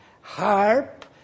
harp